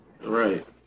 Right